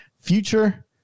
future